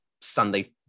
Sunday